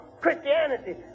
Christianity